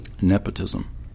nepotism